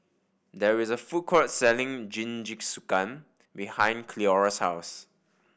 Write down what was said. there is a food court selling Jingisukan behind Cleora's house